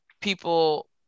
people